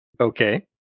Okay